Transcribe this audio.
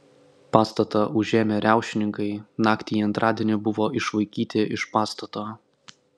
pastatą užėmę riaušininkai naktį į antradienį buvo išvaikyti iš pastato